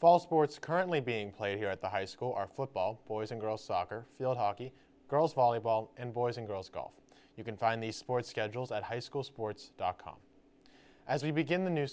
fall sports currently being played here at the high school football boys and girls soccer field hockey girls volleyball and boys and girls golf you can find the sports schedules at high school sports dot com as we begin the new